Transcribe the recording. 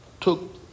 took